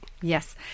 Yes